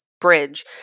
bridge